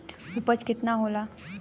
उपज केतना होला?